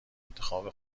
انتخاب